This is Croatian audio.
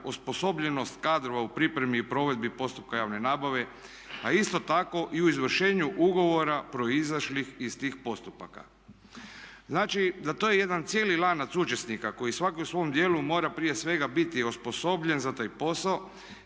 osposobljenost kadrova u pripremi i provedbi postupka javne nabave, a isto tako i u izvršenju ugovora proizašlih iz tih postupaka. Znači, da to je jedan cijeli lanac učesnika koji svaki u svom dijelu mora prije svega biti osposobljen za taj posao